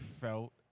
felt